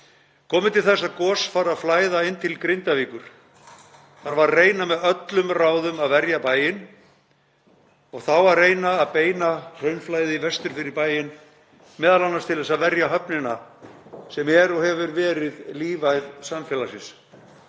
Komi til þess að gos fari að flæða inn til Grindavíkur þarf að reyna með öllum ráðum að verja bæinn. Það á að reyna að beina hraunflæði vestur fyrir bæinn, m.a. til þess að verja höfnina sem er og hefur verið lífæð samfélagsins.